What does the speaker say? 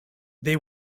they